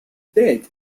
dead